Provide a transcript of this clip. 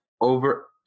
over